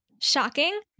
shocking